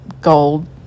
gold